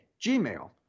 Gmail